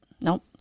Nope